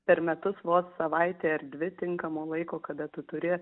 per metus vos savaitė ar dvi tinkamo laiko kada tu turi